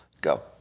Go